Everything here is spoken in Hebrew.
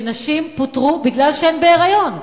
שנשים פוטרו בו בגלל שהן בהיריון,